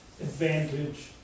advantage